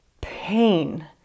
pain